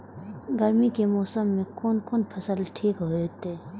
गर्मी के मौसम में कोन कोन फसल ठीक होते?